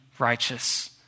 righteous